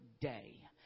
day